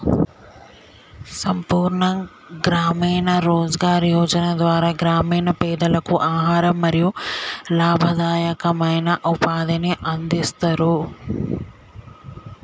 సంపూర్ణ గ్రామీణ రోజ్గార్ యోజన ద్వారా గ్రామీణ పేదలకు ఆహారం మరియు లాభదాయకమైన ఉపాధిని అందిస్తరు